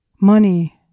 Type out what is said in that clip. Money